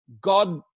God